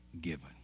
given